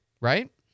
right